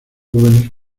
jóvenes